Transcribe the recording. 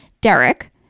Derek